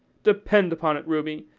depend upon it, ruby,